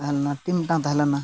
ᱛᱟᱦᱮᱸ ᱞᱮᱱᱟ ᱛᱤᱱ ᱜᱚᱴᱟᱝ ᱛᱟᱦᱮᱸ ᱞᱮᱱᱟ